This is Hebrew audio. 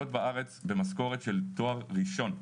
שעובדות בארץ במשכורת של תואר ראשון.